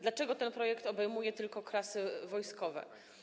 Dlaczego ten projekt obejmuje tylko klasy wojskowe?